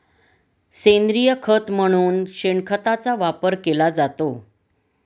सेंद्रिय खत म्हणून शेणखताचा वापर केला जातो